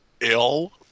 Ill